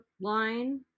line